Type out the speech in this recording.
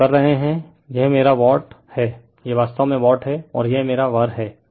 जब हम कर रहे हैं यह मेरा वाट है यह वास्तव में वाट है रिफर टाइम 2839 और यह मेरा वर है